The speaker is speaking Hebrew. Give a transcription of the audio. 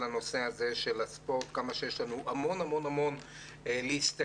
הנושא של הספורט ועל כמה שיש לנו המון המון להסתכל